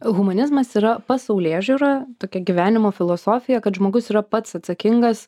humanizmas yra pasaulėžiūra tokia gyvenimo filosofija kad žmogus yra pats atsakingas